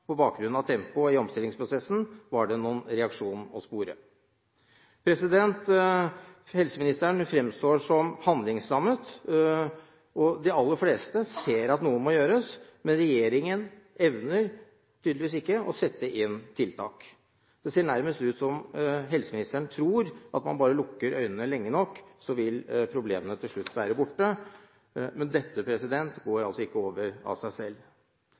på bakgrunn av tempoet i omstillingsprosessen, var det noen reaksjon å spore. Helseministeren fremstår som handlingslammet. De aller fleste ser at noe må gjøres, men regjeringen evner tydeligvis ikke å sette inn tiltak. Det ser nærmest ut som om helseministeren tror at bare man lukker øynene lenge nok, vil problemene til slutt være borte. Men dette går ikke over av seg selv.